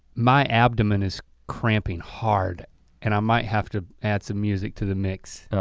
my abdomen is cramping hard and i might have to add some music to the mix.